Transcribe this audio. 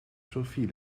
sofie